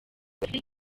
godfrey